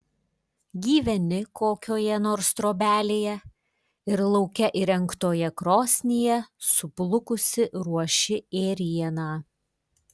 gyveni kokioje nors trobelėje ir lauke įrengtoje krosnyje suplukusi ruoši ėrieną